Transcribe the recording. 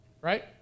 Right